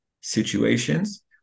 situations